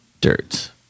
Dirt